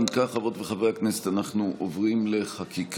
אם כך, חברות וחברי הכנסת, אנחנו עוברים לחקיקה.